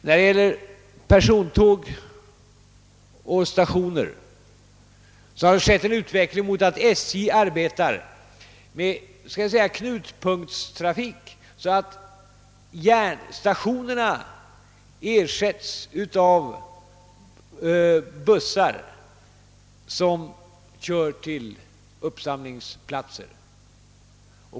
När det gäller persontåg och stationer har det skett en utveckling mot att SJ arbetar med knutpunktstrafik i det att lokaltågen ersätts med bussar som kör till uppsamlingsplatser.